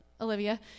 Olivia